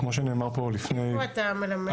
איפה אתה מלמד?